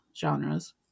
genres